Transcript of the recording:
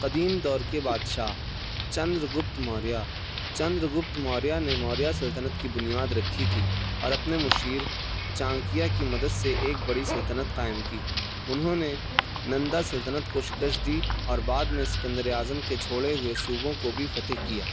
قدیم دور کے بادشاہ چندر گپت موریہ چندر گپت موریہ نے موریہ سلطنت کی بنیاد رکھی تھی اور اپنے مشیر چانکیا کی مدد سے ایک بڑی سلطنت قائم کی انہوں نے نندا سلطنت کو شکست دی اور بعد میں سکندر اعظم کے چھوڑے ہوئے صوبوں کو بھی فتح کیا